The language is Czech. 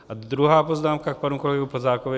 A druhá poznámka k panu kolegovi Plzákovi.